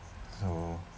oh